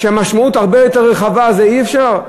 שהמשמעות הרבה יותר רחבה, זה אפשר?